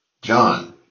John